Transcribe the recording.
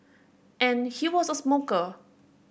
and he was a smoker